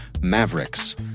Mavericks